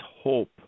hope